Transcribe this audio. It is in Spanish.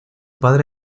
padre